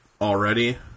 already